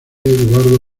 eduardo